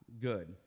Good